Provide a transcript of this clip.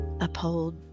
uphold